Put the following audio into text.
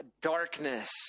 darkness